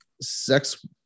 sex